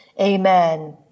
amen